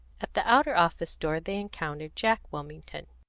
at the outer office door they encountered jack wilmington.